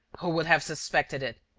who would have suspected it?